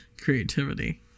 Creativity